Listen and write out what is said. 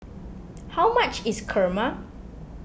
how much is Kurma